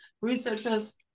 researchers